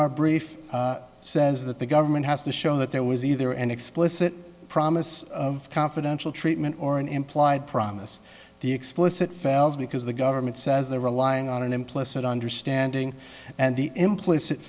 our brief says that the government has to show that there was either an explicit promise of confidential treatment or an implied promise the explicit fails because the government says they're relying on an implicit understanding and the implicit